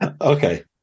Okay